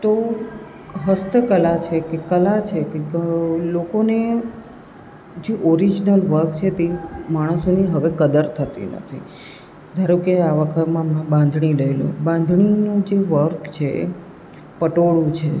તો હસ્તકલા છે કે કલા છે કે લોકોને જે ઓરીજનલ વર્ક છે તે માણસોની હવે કદર થતી નથી ધારો કે આ વખતે બાંધણી લઈ લો બાંધણીનું જે વર્ક છે પટોળું છે